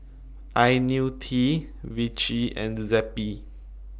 Ionil T Vichy and Zappy